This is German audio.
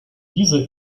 diese